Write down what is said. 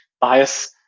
bias